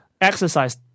Exercise